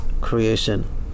creation